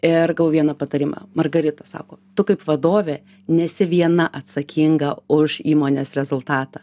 ir gavau vieną patarimą margarita sako tu kaip vadovė nesi viena atsakinga už įmonės rezultatą